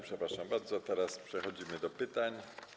Przepraszam bardzo, teraz przechodzimy do pytań.